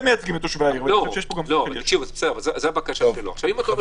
זה הבקשה שלו.